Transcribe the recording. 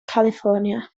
california